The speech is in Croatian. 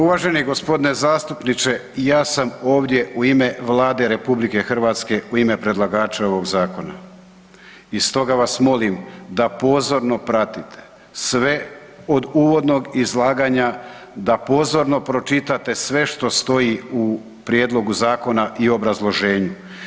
Uvaženi g. zastupniče, ja sam ovdje u ime Vlade RH u ime predlagača ovog zakona i stoga vas molim da pozorno pratite sve od uvodnog izlaganja da pozorno pročitate sve što stoji u prijedlogu zakona i obrazloženju.